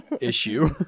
issue